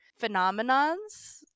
phenomenons